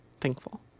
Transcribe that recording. thankful